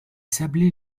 sablés